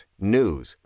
news